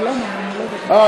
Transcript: אה,